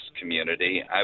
community